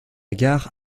gare